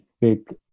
big